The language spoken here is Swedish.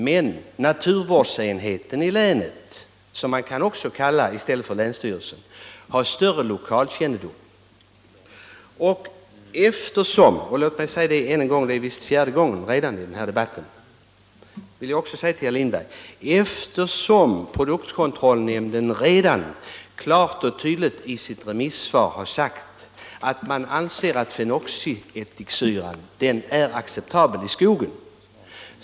Men naturvårdsenheten i länet, som man kan säga i stället för länsstyrelsen, har större lokalkännedom. Låt mig säga än en gång — det är visst fjärde gången redan i den här debatten — att produktkontrollnämnden redan i sitt remissvar klart och tydligt har sagt att den anser fenoxiättikssyran acceptabel i skogen.